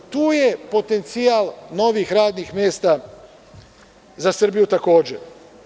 Tu je potencijal novih radnih mesta za Srbiju takođe.